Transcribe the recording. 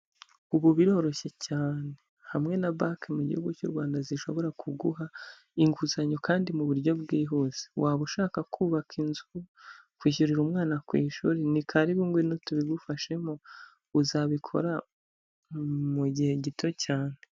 Ubu biroroshye cyane hamwe na banki mu mu gihugu cy'u Rwanda zishobora kuguha inguzanyo kandi mu buryo bwihuse waba ushaka kubaka inzu, kwishyurira umwana ku ishuri, ni karibu ngwino tubigufashemo uzabikora mu gihe gito cyane.